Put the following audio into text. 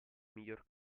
miglior